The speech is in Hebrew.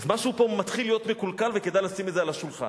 אז משהו פה מתחיל להיות מקולקל וכדאי לשים את זה על השולחן.